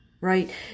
Right